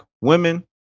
women